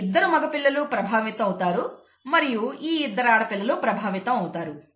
ఈఇద్దరూ మగ పిల్లలు ప్రభావితం అవుతారు మరియు ఈ ఇద్దరు ఆడపిల్లలు ప్రభావితం అవుతారు